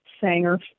Sanger